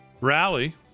rally